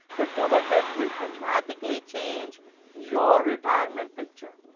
the government will dramatically change your retirement picture.